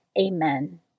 Amen